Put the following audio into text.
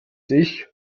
ich